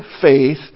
faith